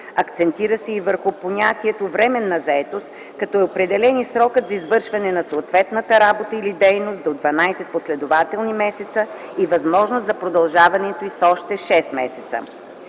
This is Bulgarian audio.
Акцентира се и върху понятието „временна заетост”, като е определен и срок за извършване на съответната работа или дейност до дванадесет последователни месеца и възможност за продължаването й с още шест месеца.